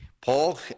Paul